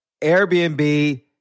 Airbnb